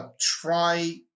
try